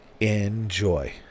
Enjoy